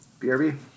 brb